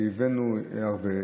שהבאנו מהם הרבה,